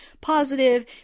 positive